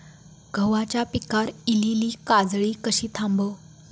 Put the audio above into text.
गव्हाच्या पिकार इलीली काजळी कशी थांबव?